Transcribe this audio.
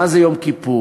מה זה יום כיפור,